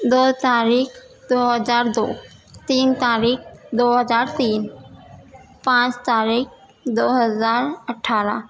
دو تاریخ دو ہزار دو تین تاریخ دو ہزار تین پانچ تاریخ دو ہزار اٹھارہ